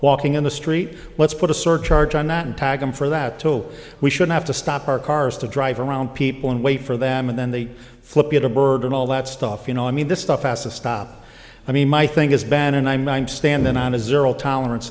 walking in the street let's put a surcharge on that and tag them for that too we should have to stop our cars to drive around people and wait for them and then they flip it a bird and all that stuff you know i mean this stuff has to stop i mean my thing is bad and i'm i'm standing on a zero tolerance